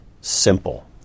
simple